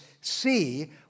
see